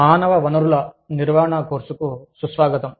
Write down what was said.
మానవ వనరుల నిర్వహణ కోర్సుకు సుస్వాగతం